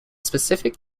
specific